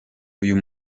uyu